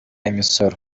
imisoro